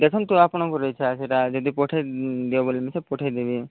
ଦେଖନ୍ତୁ ଆପଣଙ୍କର ଇଚ୍ଛା ସେଇଟା ଯଦି ପଠେଇଦେବ ବୋଲେ ପଠେଇଦେବି